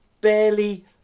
barely